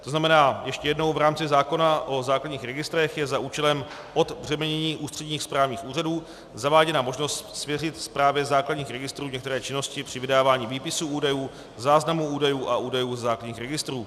To znamená ještě jednou: V rámci zákona o základních registrech je za účelem odbřemenění ústředních správních úřadů zaváděna možnost svěřit správě základních registrů některé činnosti při vydávání výpisů údajů, záznamů údajů a údajů ze základních registrů.